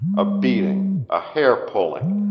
a beating, a hair-pulling,